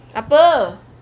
apa